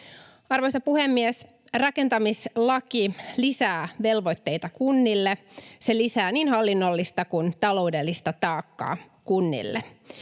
Arvoisa puhemies! Rakentamislaki lisää velvoitteita kunnille, se lisää niin hallinnollista kuin taloudellista taakkaa kunnille.